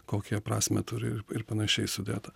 kokią jie prasmę turi ir panašiai sudėta